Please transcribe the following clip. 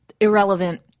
Irrelevant